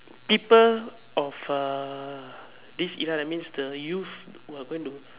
people of uh this era that means the youth who are going to